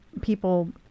people